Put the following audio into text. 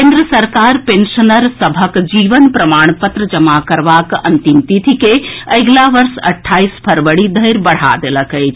केन्द्र सरकार पेंशनर सभक जीवन प्रमाण पत्र जमा करबाक अंतिम तिथि के अगिला वर्ष अट्ठाईस फरवरी धरि बढ़ा देलक अछि